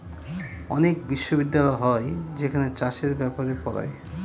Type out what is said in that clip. অনেক বিশ্ববিদ্যালয় হয় যেখানে চাষের ব্যাপারে পড়ায়